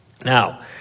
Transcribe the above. Now